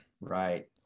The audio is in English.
Right